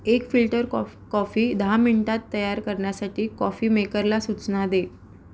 एक फिल्टर कॉफ कॉफी दहा मिनिटात तयार करण्यासाठी कॉफी मेकरला सूचना दे